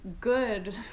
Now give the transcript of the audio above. good